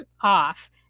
off